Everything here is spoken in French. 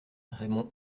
raymond